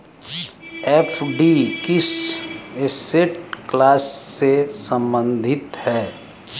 FD किस asset class से संबंधित है?